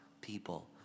people